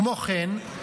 כמו כן,